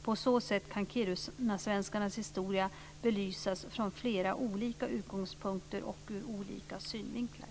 På så sätt kan kirunasvenskarnas historia belysas från flera olika utgångspunkter och ur olika synvinklar.